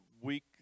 week